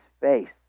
face